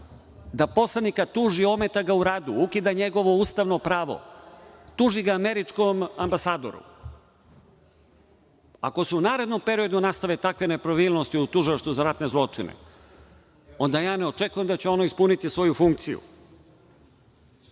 da poslanika tuži i ometa ga u radu, ukida njegovo ustavno pravo. Tuži ga američkom ambasadoru. Ako se u narednom periodu nastave takve nepravilnosti u Tužilaštvu za ratne zločine, onda ja ne očekujem da će ono ispuniti svoju funkciju. Zatim,